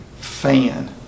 fan